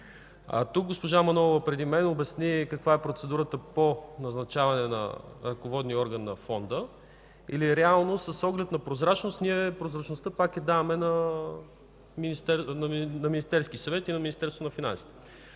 Госпожа Манолова преди мен обясни каква е процедурата по назначаване на ръководния орган на Фонда. Реално с оглед на прозрачност, прозрачността ние я даваме на Министерския съвет и на Министерството на финансите.